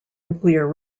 nuclear